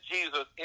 Jesus